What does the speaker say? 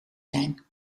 zijn